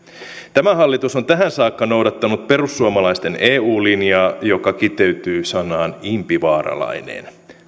tämä hallitus on tähän saakka noudattanut perussuomalaisten eu linjaa joka kiteytyy sanaan impivaaralainen